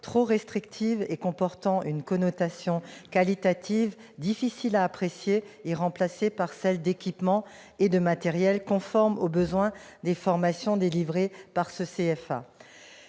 trop restrictive et présentant une connotation qualitative difficile à apprécier, est remplacée par celle d'« équipements et de matériels conformes aux besoins des formations dispensées » par le CFA.